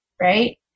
right